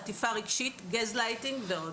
חברים צהרים טובים, יום טוב, שבוע טוב.